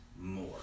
more